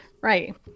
Right